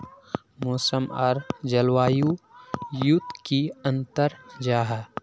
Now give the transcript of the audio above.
मौसम आर जलवायु युत की अंतर जाहा?